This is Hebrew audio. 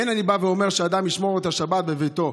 אין אני אומר שאדם ישמור את השבת בביתו,